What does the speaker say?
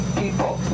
people